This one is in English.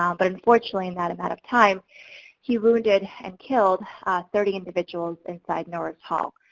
um but unfortunately, in that amount of time he wounded and killed thirty individuals inside norris hall.